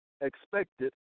expected